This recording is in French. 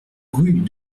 rue